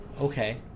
Okay